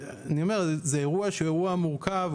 זה אירוע שהוא אירוע מורכב.